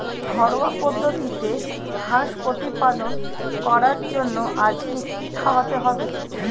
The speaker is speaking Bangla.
ঘরোয়া পদ্ধতিতে হাঁস প্রতিপালন করার জন্য আজকে কি খাওয়াতে হবে?